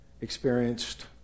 experienced